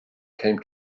came